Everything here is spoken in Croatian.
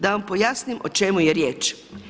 Da vam pojasnim o čemu je riječ.